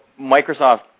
Microsoft